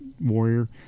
Warrior